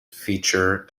feature